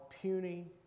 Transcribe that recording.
puny